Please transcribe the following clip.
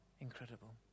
Incredible